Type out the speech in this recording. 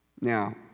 Now